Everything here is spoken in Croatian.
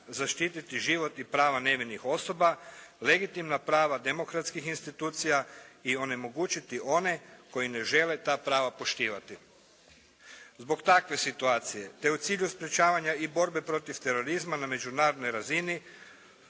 zaštiti život i prava nevinih osoba, legitimna prava demokratskih institucija i onemogućiti one koji ne žele ta prava poštivati. Zbog takve situacije te u cilju sprječavanja i borbe protiv terorizma na međunarodnoj razini